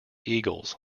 eagles